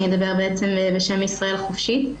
אני אדבר בעצם בשם ישראל חופשית.